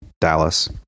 Dallas